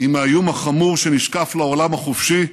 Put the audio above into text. עם האיום החמור שנשקף לעולם החופשי,